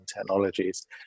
technologies